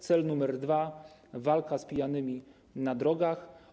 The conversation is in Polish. Cel numer dwa to walka z pijanymi na drogach.